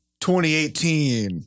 2018